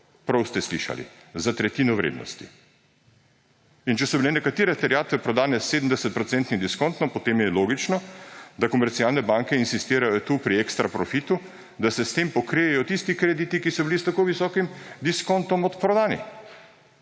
Prav ste slišali, za tretjino vrednosti! In če so bile nekatere terjatve prodane s 70-procentnim diskontom, potem je logično, da komercialne banke insistirajo tu pri ekstra profitu, da se s tem pokrijejo tisti krediti, ki so bili s tako visokim diskontom odprodani.